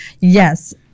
yes